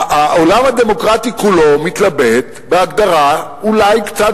העולם הדמוקרטי כולו מתלבט בהגדרה אולי קצת